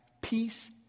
peace